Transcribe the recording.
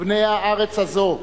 בני הארץ הזאת,